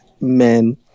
men